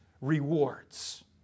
rewards